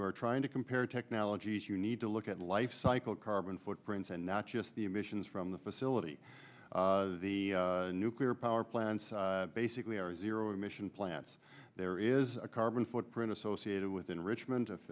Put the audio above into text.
are trying to compare technologies you need to look at life cycle carbon footprints and not just the emissions from the facility the nuclear power plants basically r s zero emission plants there is a carbon footprint associated with enrichment